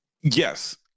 yes